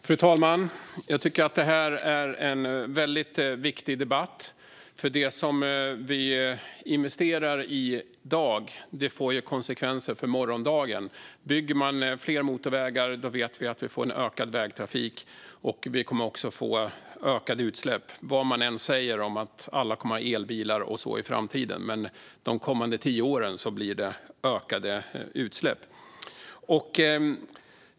Herr talman! Det här är en väldigt viktig debatt. Det vi investerar i dag får konsekvenser för morgondagen. Om man bygger fler motorvägar blir det ökad vägtrafik, och det kommer att bli ökade utsläpp. Oavsett vad man säger om att alla kommer att ha elbilar och så i framtiden kommer det de kommande tio åren att bli ökade utsläpp.